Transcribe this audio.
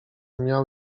miał